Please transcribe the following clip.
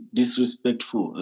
disrespectful